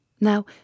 Now